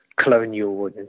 colonial